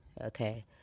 okay